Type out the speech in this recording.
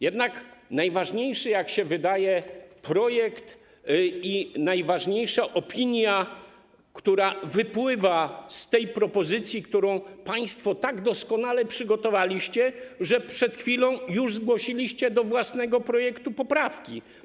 Jednak najważniejszy, jak się wydaje, projekt i najważniejsza opinia, która wypływa z tej propozycji, którą państwo tak doskonale przygotowaliście, że przed chwilą już zgłosiliście do własnego projektu poprawki.